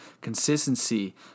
Consistency